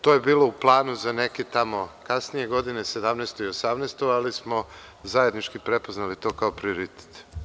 To je bilo u planu za neke tamo kasnije godine, 2017. i 2018, ali smo zajednički prepoznali to kao prioritet.